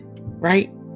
right